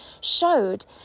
showed